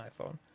iPhone